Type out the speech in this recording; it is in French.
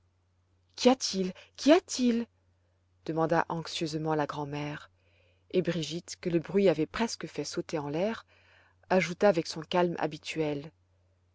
a-t-il qu'y a-t-il demanda anxieusement la grand'mère et brigitte que le bruit avait presque fait sauter en l'air ajouta avec son calme habituel